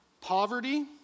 poverty